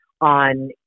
on